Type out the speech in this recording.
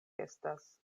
estas